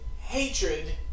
hatred